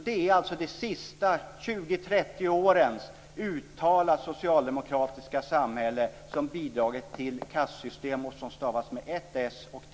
Det är alltså de sista 20-30 årens uttalat socialdemokratiska samhälle som har bidragit till detta kastsystem - med ett s.